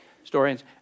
historians